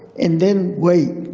and then wait.